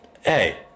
Hey